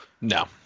No